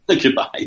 Goodbye